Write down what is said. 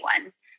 ones